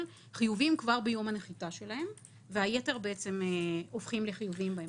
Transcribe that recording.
חיוביים כבר ביום הנחיתה שלהם והיתר הופכים לחיוביים בהמשך.